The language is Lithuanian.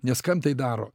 nes kam tai daro